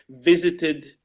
visited